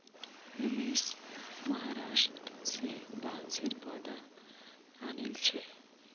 रमेश महाराष्ट्र स बांसेर पौधा आनिल छ